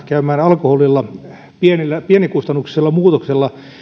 käymään alkoholilla pienikustannuksellisella muutoksella